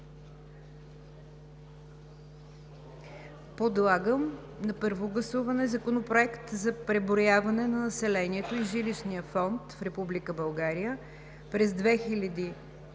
Подлагам на първо гласуване Законопроект за преброяване на населението и жилищния фонд в Република България през 2021 г.,